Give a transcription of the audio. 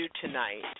tonight